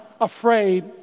afraid